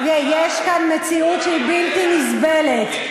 יש כאן מציאות שהיא בלתי נסבלת.